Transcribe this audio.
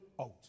out